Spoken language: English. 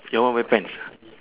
your one wear pants ah